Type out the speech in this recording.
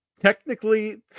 Technically